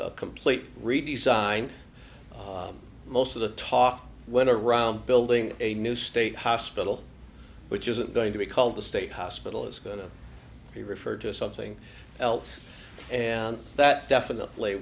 s complete redesign most of the talk went around building a new state hospital which isn't going to be called the state hospital is going to be referred to something else and that definitely